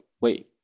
wait